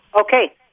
Okay